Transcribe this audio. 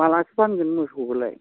मालाथो फानगोन मोसौखौलाय